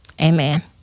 amen